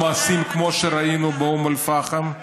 מעשים כמו שראינו באום אל-פחם.